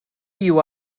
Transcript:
you